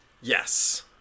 Yes